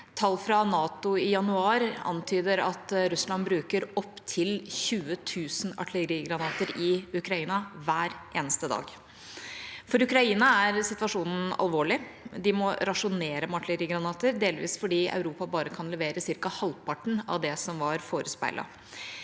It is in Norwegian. Tall fra NATO i januar antyder at Russland bruker opptil 20 000 artillerigranater i Ukraina hver eneste dag. For Ukraina er situasjonen alvorlig. De må rasjonere med artillerigranater, delvis fordi Europa bare kan levere ca. halvparten av det som var forespeilet.